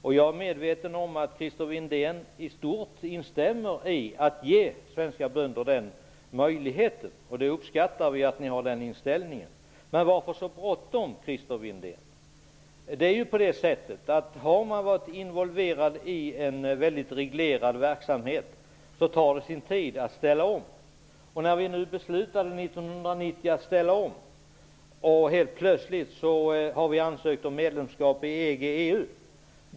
Jag är medveten om att Christer Windén i stort instämmer i önskan att ge svenska bönder den möjligheten. Vi uppskattar att ni har den inställningen. Men varför har ni så bråttom, Om man har varit involverad i en väldigt reglerad verksamhet tar det sin tid att ställa om. Vi fattade beslut om att ställa om 1990. Helt plötsligt har vi ansökt om medlemskap i EG/EU.